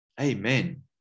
Amen